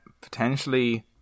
Potentially